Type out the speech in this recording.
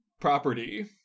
property